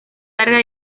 larga